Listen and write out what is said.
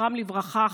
זכרם לברכה,